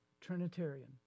Trinitarian